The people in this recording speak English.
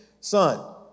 son